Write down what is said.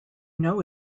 know